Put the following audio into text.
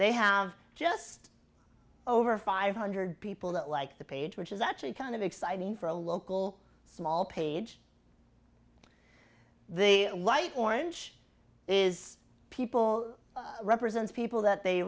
they have just over five hundred people that like the page which is actually kind of exciting for a local small page the light orange is people represent people that they